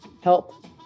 help